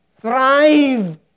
thrive